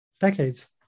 decades